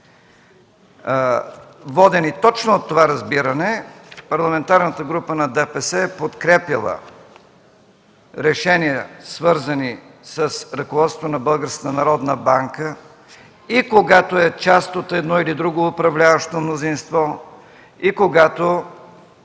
Водени точно от това разбиране, Парламентарната група на ДПС е подкрепяла решения, свързани с ръководството на Българска народна банка, и когато е част от едно или друго управляващо мнозинство, и когато